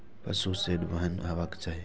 पशु शेड केहन हेबाक चाही?